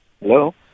Hello